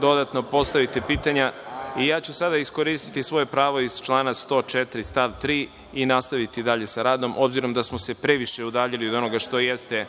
dodatno postavite pitanja. Sada ću iskoristiti svoje pravo iz člana 104. stav 3. i nastaviti dalje sa radom, obzirom da smo se previše udaljili od onoga što jeste